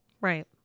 Right